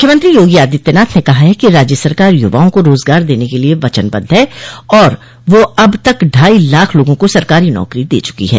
मुख्यमंत्री योगी आदित्यनाथ ने कहा है कि राज्य सरकार यूवाओं को रोजगार देने के लिये वचनबद्ध है और वह अब तक ढाई लाख लोगों को सरकारी नौकरी दे चुकी है